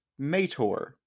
Mator